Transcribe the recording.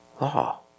law